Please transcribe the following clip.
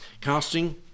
Casting